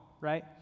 right